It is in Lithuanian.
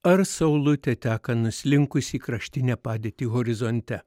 ar saulutė teka nuslinkusi į kraštinę padėtį horizonte